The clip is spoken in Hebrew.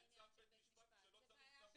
רוצים צו בית משפט כשלא צריך צו בית משפט.